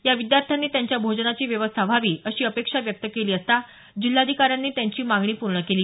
या विद्यार्थ्यांनी त्यांच्या भोजनाची व्यवस्था व्हावी अशी अपेक्षा व्यक्त केली असता जिल्हाधिकाऱ्यांनी त्यांची मागणी पूर्ण केली